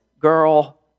girl